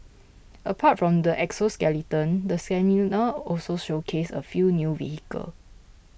apart from the exoskeleton the seminar also showcase a few new vehicle